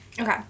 Okay